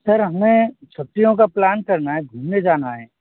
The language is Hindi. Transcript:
सर हमें छुट्टियों का प्लान करना है घूमने जाना है